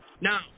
Now